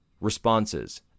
responses